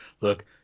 look